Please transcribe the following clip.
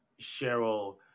Cheryl